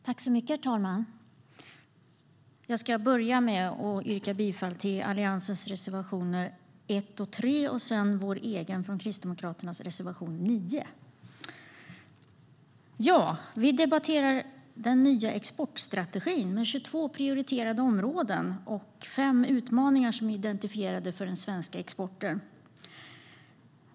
Herr talman! Jag börjar med att yrka bifall till Alliansens reservationer 1 och 3 och till Kristdemokraternas reservation 9. Vi debatterar den nya exportstrategin med 22 prioriterade områden och fem identifierade utmaningar för den svenska exporten.